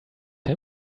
him